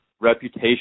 reputation